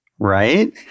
right